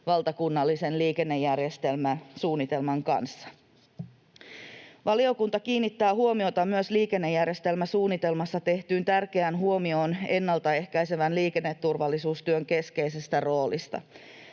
valtakunnallisen liikennejärjestelmäsuunnitelman kanssa. Valiokunta kiinnittää huomiota myös liikennejärjestelmäsuunnitelmassa tehtyyn tärkeään huomioon ennaltaehkäisevän liikenneturvallisuustyön keskeisestä roolista.